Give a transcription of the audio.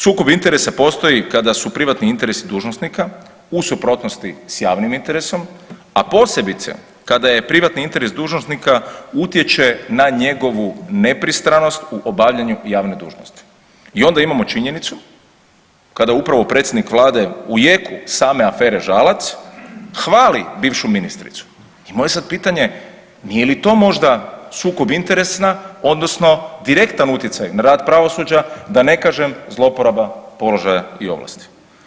Sukob interesa postoji kada su privatni interesi dužnosnika u suprotnosti s javnim interesom, a posebice kada je privatni interes dužnosnika utječe na njegovu nepristranost u obavljanju javne dužnosti i onda imamo činjenicu kada upravo predsjednik Vlade u jeku same afere Žalac hvali bivšu ministricu i moje je sad pitanje nije li to možda sukob interesna odnosno direktan utjecaj na rad pravosuđa, da ne kažem, zlouporaba položaja i ovlasti.